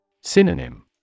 Synonym